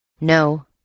No